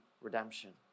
redemption